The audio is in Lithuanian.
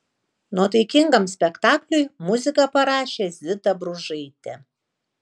nuotaikingam spektakliui muziką parašė zita bružaitė